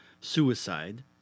suicide